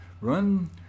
Run